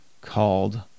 called